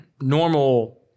normal